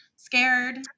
Scared